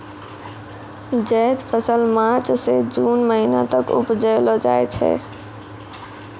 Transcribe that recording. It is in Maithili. जैद फसल मार्च सें जून महीना तक उपजैलो जाय छै